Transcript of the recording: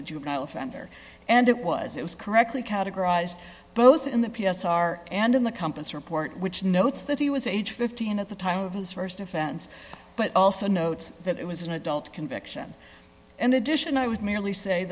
a juvenile offender and it was it was correctly categorized both in the p s r and in the compass report which notes that he was age fifteen at the time of his st offense but also notes that it was an adult conviction in addition i would merely say